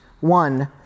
one